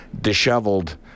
disheveled